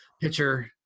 pitcher